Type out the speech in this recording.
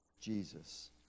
Jesus